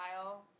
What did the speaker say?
style